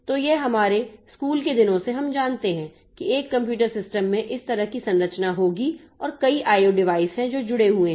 तो यह हमारे स्कूल के दिनों से हम जानते हैं कि एक कंप्यूटर सिस्टम में इस तरह की संरचना होगी और कई IO डिवाइस हैं जो जुड़े हुए हैं